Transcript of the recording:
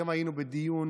היום היינו בדיון